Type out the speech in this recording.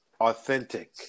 authentic